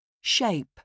Shape